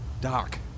Doc